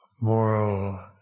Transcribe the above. moral